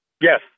Yes